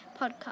podcast